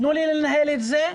תנו לי לנהל את זה.